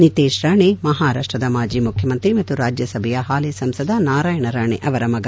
ನಿತೇಶ್ ರಾಣೆ ಮಹಾರಾಷ್ಷದ ಮಾಜಿ ಮುಖ್ಯಮಂತ್ರಿ ಮತ್ತು ರಾಜ್ಯಸಭೆಯ ಹಾಲಿ ಸಂಸದ ನಾರಾಯಣ ರಾಣೆ ಅವರ ಮಗ